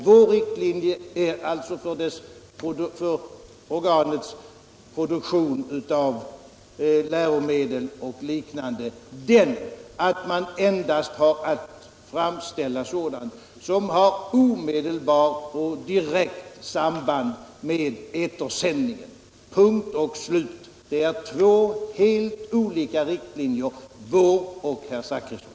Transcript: Vår riktlinje för organets produktion av läromedel och liknande är alltså den att man endast har att framställa sådant som har omedelbart och direkt samband med etersändningen — punkt och slut. Det är två helt olika riktlinjer, vår och herr Zachrissons.